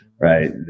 right